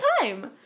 time